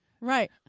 Right